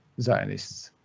Zionists